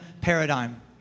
paradigm